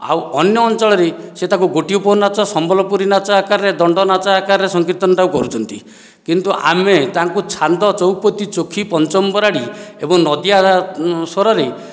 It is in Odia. ଆଉ ଅନ୍ୟ ଅଞ୍ଚଳରେ ସେ ତାକୁ ଗୋଟିପୁଅ ନାଚ ସମ୍ବଲପୁରୀ ନାଚ ଆକାରରେ ଦଣ୍ଡ ନାଚ ଆକାରରେ ସଂକୀର୍ତ୍ତନଟାକୁ କରୁଛନ୍ତି କିନ୍ତୁ ଆମେ ତାଙ୍କୁ ଛାନ୍ଦ ଚୌପତି ଚୋଖୀ ପଞ୍ଚମବରାଡ଼ି ଏବଂ ନଦିଆ ସ୍ୱରରେ